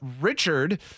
Richard